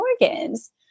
organs